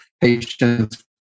patients